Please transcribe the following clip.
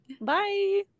bye